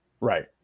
Right